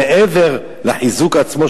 מעבר לחיזוק עצמו,